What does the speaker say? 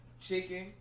chicken